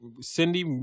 Cindy